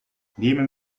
nehmen